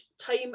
time